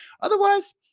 otherwise